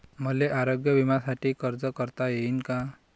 मले आरोग्य बिम्यासाठी अर्ज करता येईन का?